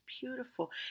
beautiful